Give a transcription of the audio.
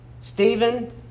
Stephen